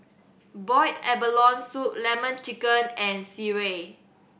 boiled abalone soup Lemon Chicken and sireh